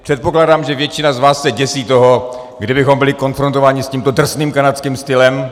Předpokládám, že většina z vás se děsí toho, kdybychom byli konfrontováni s tímto drsným kanadským stylem.